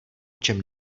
čem